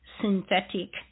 synthetic